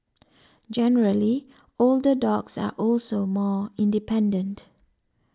generally older dogs are also more independent